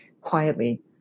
quietly